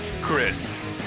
Chris